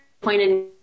pointed